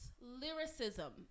lyricism